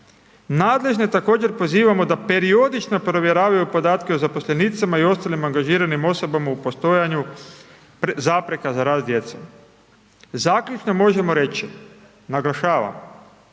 nadležne također pozivamo da periodično provjeravaju podatke o zaposlenicama i ostalim angažiranim osobama u postojanju zapreka za rast djece. Zaključno možemo reći, naglašavam,